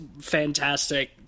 fantastic